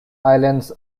islands